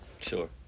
Sure